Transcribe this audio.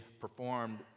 performed